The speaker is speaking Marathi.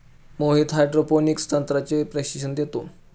मोहित हायड्रोपोनिक्स तंत्राचे प्रशिक्षण देतो